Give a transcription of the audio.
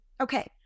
Okay